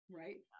right